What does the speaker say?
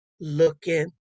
looking